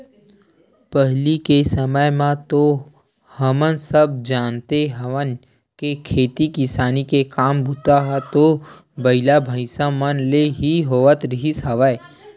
पहिली के समे म तो हमन सब जानते हवन के खेती किसानी के काम बूता ह तो बइला, भइसा मन ले ही होवत रिहिस हवय